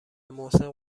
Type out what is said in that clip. محسن